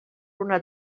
una